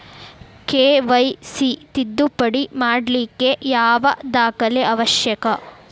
KYC ತಿದ್ದುಪಡಿ ಮಾಡ್ಲಿಕ್ಕೆ ಯಾವ ದಾಖಲೆ ಅವಶ್ಯಕ?